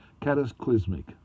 Cataclysmic